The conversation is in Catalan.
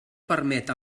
permet